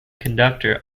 conductor